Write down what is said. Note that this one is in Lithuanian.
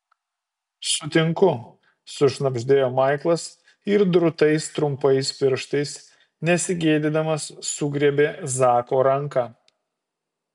sutinku sušnabždėjo maiklas ir drūtais trumpais pirštais nesigėdydamas sugriebė zako ranką